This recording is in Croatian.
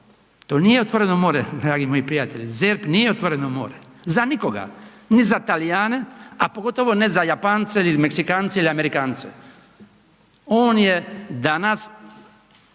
To nije otvoreno more, dragi moji prijatelji, ZERP nije otvoreno more. Za nikoga, ni za Talijane, a pogotovo ne za Japance ili Meksikance ili Amerikance. On je danas